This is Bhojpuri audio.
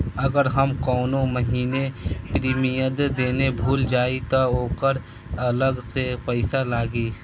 अगर हम कौने महीने प्रीमियम देना भूल जाई त ओकर अलग से पईसा लागी?